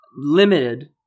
limited